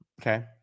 Okay